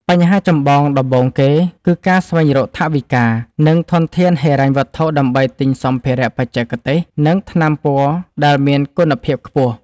បញ្ហាចម្បងដំបូងគេ គឺការស្វែងរកថវិកា និងធនធានហិរញ្ញវត្ថុដើម្បីទិញសម្ភារៈបច្ចេកទេស និងថ្នាំពណ៌ដែលមានគុណភាពខ្ពស់។